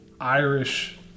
Irish